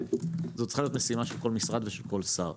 זו צריכה להיות משימה של כל משרד ושל כל שר.